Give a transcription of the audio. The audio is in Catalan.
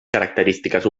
característiques